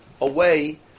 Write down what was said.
away